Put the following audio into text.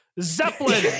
Zeppelin